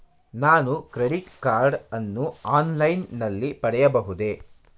ನಾನು credit card ಅನ್ನು online ನಲ್ಲಿ ಪಡೆಯಬಹುದೇ?